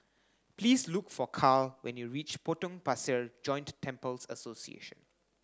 please look for Carl when you reach Potong Pasir Joint Temples Association